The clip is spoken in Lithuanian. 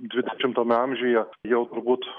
dvidešimame amžiuje jau turbūt